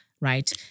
right